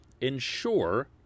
ensure